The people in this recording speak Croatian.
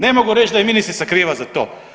Ne mogu reći da je ministrica kriva za to.